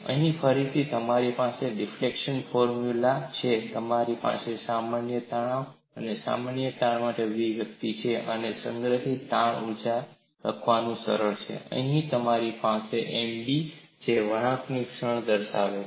અહીં ફરીથી તમારી પાસે ફ્લેક્ચર ફોર્મ્યુલા છે તમારી પાસે સામાન્ય તણાવ અને સામાન્ય તાણ માટે અભિવ્યક્તિ છે અને સંગ્રહિત તાણ ઊર્જા લખવાનું સરળ છે અને અહીં આપણી પાસે M b છે જે વળાંકની ક્ષણ દર્શાવે છે